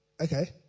okay